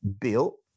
built